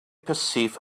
perceive